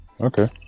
okay